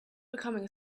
becoming